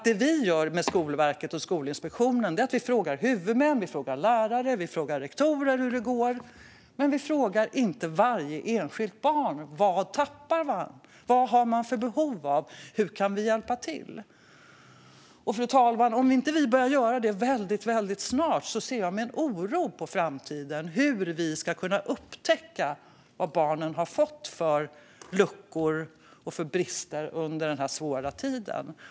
Det vi gör med Skolverket och Skolinspektionen är att fråga huvudmän, lärare och rektorer hur det går, men vi frågar inte varje enskilt barn vad det tappar, vilka behov det har och hur vi kan hjälpa till. Om vi inte börjar göra det väldigt snart, fru talman, ser jag med oro på framtiden när det gäller hur vi ska kunna upptäcka vilka luckor och brister barnen har fått under denna svåra tid.